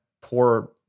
poor